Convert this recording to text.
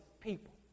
people